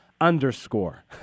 underscore